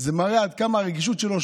זה מראה עד כמה הרגישות שלו,